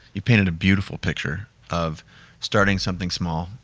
you've painted a beautiful picture of starting something small,